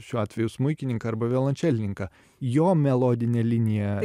šiuo atveju smuikininką arba violončelininką jo melodinė linija